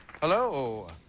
Hello